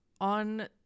on